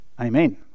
Amen